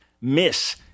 miss